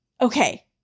okay